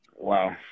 Wow